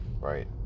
right